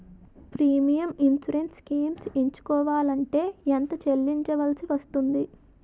Premium insurance schemes ఎంచుకోవలంటే ఎంత చల్లించాల్సివస్తుంది??